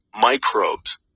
microbes